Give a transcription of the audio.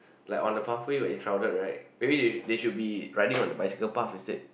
like on the pathway where it's crowded right maybe they they should be riding on the bicycle path instead